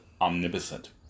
Omnipotent